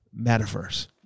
metaverse